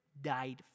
died